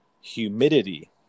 humidity